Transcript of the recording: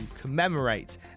commemorate